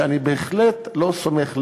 שאני בהחלט לא סומך,